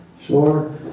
sure